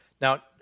Now